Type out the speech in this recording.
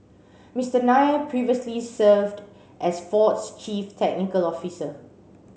Mister Nair previously served as Ford's chief technical officer